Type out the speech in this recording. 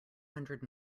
hundred